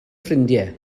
ffrindiau